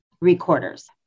recorders